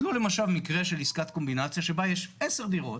קחו למשל מקרה של עסקת קומבינציה שבה יש 10 דירות.